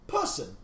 Person